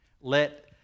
Let